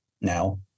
now